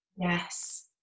Yes